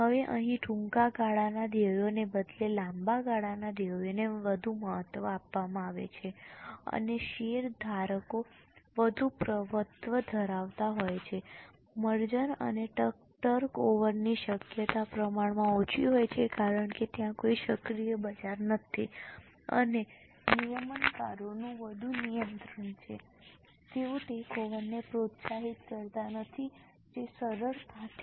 હવે અહીં ટૂંકા ગાળાના ધ્યેયોને બદલે લાંબા ગાળાના ધ્યેયોને વધુ મહત્વ આપવામાં આવે છે અને શેરધારકો વધુ પ્રભુત્વ ધરાવતા હોય છે મર્જર અને ટેકઓવરની શક્યતા પ્રમાણમાં ઓછી હોય છે કારણ કે ત્યાં કોઈ સક્રિય બજાર નથી અને નિયમનકારોનું વધુ નિયંત્રણ છે તેઓ ટેકઓવર ને પ્રોત્સાહિત કરતા નથી જે સરળતાથી